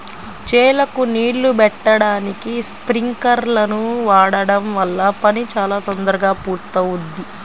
చేలకు నీళ్ళు బెట్టడానికి స్పింకర్లను వాడడం వల్ల పని చాలా తొందరగా పూర్తవుద్ది